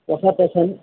ಹೊಸ ಪ್ಯಾಶನ್